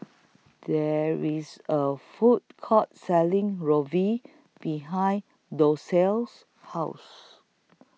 There IS A Food Court Selling Ravioli behind Docia's House